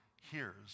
hears